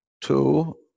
two